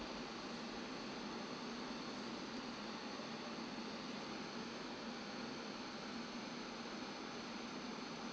huh